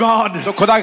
God